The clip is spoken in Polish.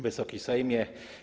Wysoki Sejmie!